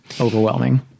overwhelming